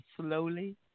slowly